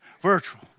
Virtual